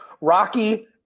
Rocky